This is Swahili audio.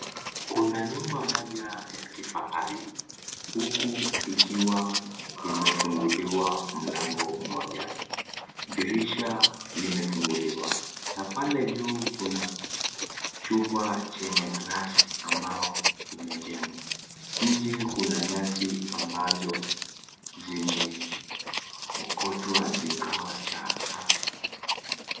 Kuna nyumba moja ya kifahari, huku ikiwa imefunguliwa mlango mmoja, dirisha limefunguliwa na pale juu kuna chumba chenye gilasi ambao imejengwa. Nje kuna nyasi ambazo zimeokotwa zikawa safi.